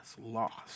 lost